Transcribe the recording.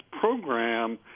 program